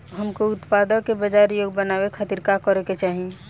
हमके उत्पाद के बाजार योग्य बनावे खातिर का करे के चाहीं?